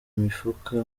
mifuka